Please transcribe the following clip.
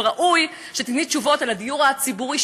וראוי שתיתני תשובות על הדיור הציבורי,